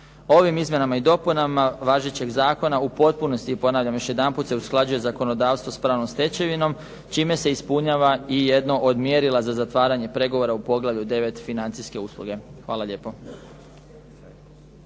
Ovim izmjenama i dopunama važećeg zakona u potpunosti, ponavljam još jedanput, se usklađuje zakonodavstvo s pravnom stečevinom, čime se ispunjava i jedno od mjerila za zatvaranje pregovora u Poglavlju 9 – Financijske usluge. Hvala lijepo.